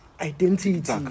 identity